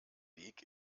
weg